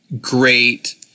great